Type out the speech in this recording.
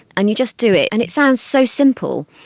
and you just do it. and it sounds so simple,